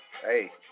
Hey